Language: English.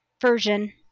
Version